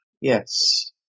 Yes